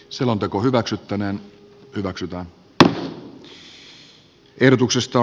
selonteko lakiehdotus hylätään